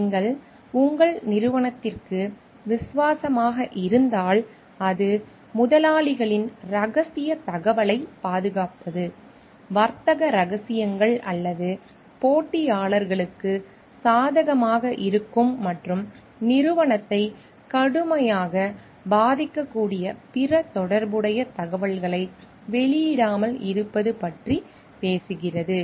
நீங்கள் உங்கள் நிறுவனத்திற்கு விசுவாசமாக இருந்தால் அது முதலாளிகளின் ரகசியத் தகவலைப் பாதுகாப்பது வர்த்தக ரகசியங்கள் அல்லது போட்டியாளர்களுக்கு சாதகமாக இருக்கும் மற்றும் நிறுவனத்தை கடுமையாக பாதிக்கக்கூடிய பிற தொடர்புடைய தகவல்களை வெளியிடாமல் இருப்பது பற்றி பேசுகிறது